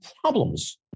problems